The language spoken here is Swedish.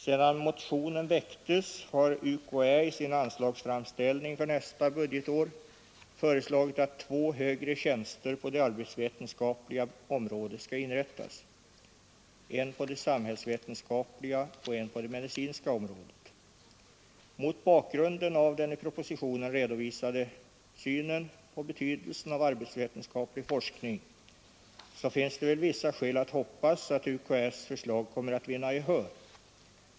Sedan motionen väcktes har UKÄ i sin anslagsframställning för nästa budgetår föreslagit att två högre tjänster på det arbetsvetenskapliga området skall inrättas, en på det samhällsvetenskapliga och en på det medicinska området. Mot bakgrund av den i propositionen redovisade synen på betydelsen av arbetsvetenskaplig forskning finns det väl vissa skäl att hoppas att UKÄ:s förslag kommer att vinna gehör.